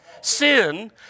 Sin